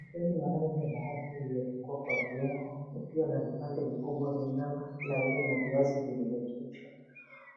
Mchele wa rangi ya dhahabu uliopikwa kwa viungo ukiwa ana vipande vikubwa vya nyama laini na viazi vilivyochemshwa